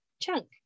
Chunk